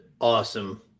awesome